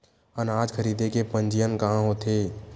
अनाज खरीदे के पंजीयन कहां होथे?